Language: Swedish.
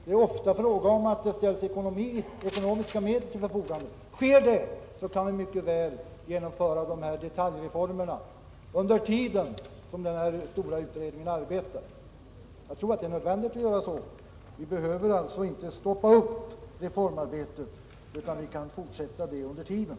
Det är ofta fråga om att det ställs ekonomiska resurser till förfogande, och sker det kan vi mycket väl genomföra de här detaljreformerna under tiden som den stora utredningen arbetar. Jag tror det är nödvändigt att göra så. Vi behöver alltså inte stoppa upp reformarbetet, utan detta kan fortsätta under tiden.